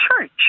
Church